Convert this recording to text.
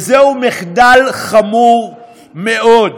וזהו מחדל חמור מאוד.